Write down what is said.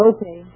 Okay